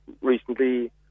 recently